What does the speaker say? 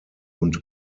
und